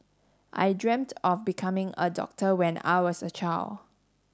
I dreamt of becoming a doctor when I was a child